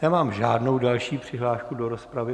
Nemám žádnou další přihlášku do rozpravy.